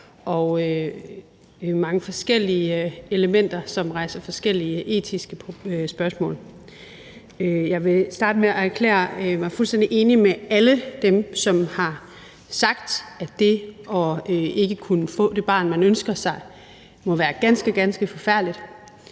og mange forskellige elementer, som rejser forskellige etiske spørgsmål. Jeg vil starte med at erklære mig fuldstændig enig med alle dem, som har sagt, at dét ikke at kunne få det barn, man ønsker sig, må være ganske, ganske forfærdeligt.